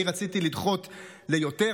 אני רציתי לדחות ליותר,